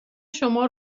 شما